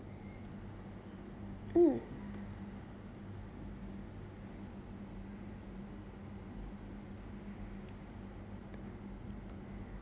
mm